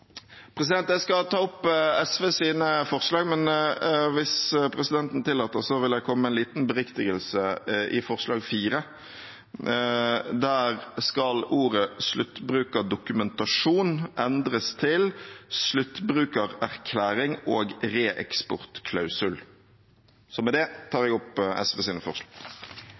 Jeg skal ta opp SVs forslag, men hvis presidenten tillater, vil jeg komme med en liten beriktigelse av forslag nr. 4. Der skal ordet «sluttbrukerdokumentasjon» endres til «sluttbrukererklæring og reeksportklausul». Så med det tar jeg opp SVs forslag.